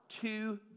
two